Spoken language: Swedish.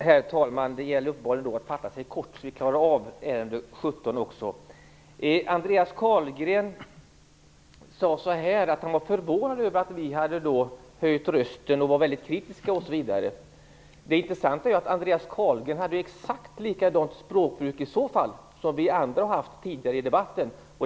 Herr talman! Det gäller alltså att fatta sig kort om vi skall klara även betänkande 17. Andreas Carlgren sade att han var förvånad över att vi hade höjt rösten och var kritiska. Det intressanta är att Andreas Carlgren hade exakt likadant språkbruk som andra tidigare i debatten.